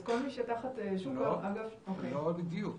אז כל מי שתחת שוק ההון --- לא בדיוק.